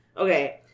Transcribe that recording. Okay